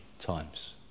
times